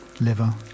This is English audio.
liver